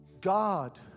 God